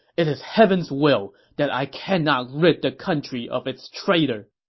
it is heaven's will that i cannot rid the country of its traitor!